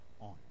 on